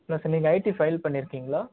plus நீங்கள் IT file பண்ணியிருக்கீங்களா